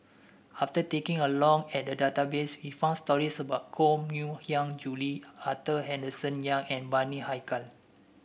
after taking a long at the database we found stories about Koh Mui Hiang Julie Arthur Henderson Young and Bani Haykal